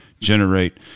generate